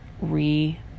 re